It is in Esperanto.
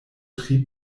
tri